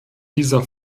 dieser